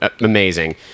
amazing